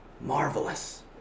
Marvelous